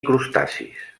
crustacis